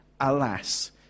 alas